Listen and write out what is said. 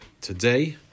today